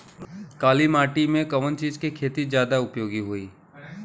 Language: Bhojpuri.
काली माटी में कवन चीज़ के खेती ज्यादा उपयोगी होयी?